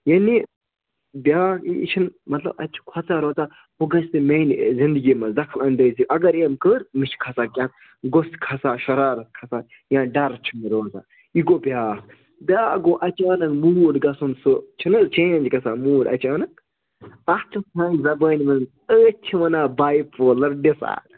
یانے بیٛاکھ یہِ چھُنہٕ مطلب اَتہِ چھِ کھۄژان روزان ہُہ گژھِ نہٕ میٛانہِ زِنٛدگی منٛز دَخٕل اَنٛدٲزی اگر یِم کٔر مےٚ چھِ کھَسان کیٚنٛہہ غۅصہٕ چھِ کھَسان شَرارَت کھَسان یا ڈَر چھُ مےٚ روزان یہِ گوٚو بیٛاکھ بیٛاکھ گوٚو اَچانٛک موٗڈ گژھُن سُہ چھُنہٕ حظ چینٛج گژھان موٗڈ اَچانٛک تَتھ چھِ سانہِ زَبٲنۍ منٛز أتھۍ چھِ وَنان باے پولَر ڈِفالٹ